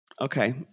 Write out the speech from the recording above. Okay